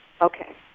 Okay